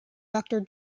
doctor